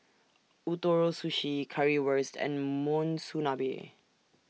Ootoro Sushi Currywurst and Monsunabe